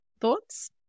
Thoughts